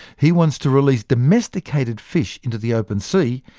he wants to release domesticated fish into the open sea,